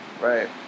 Right